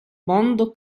mondo